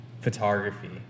photography